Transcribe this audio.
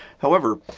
however,